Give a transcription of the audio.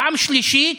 ופעם שלישית